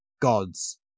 gods